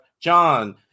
John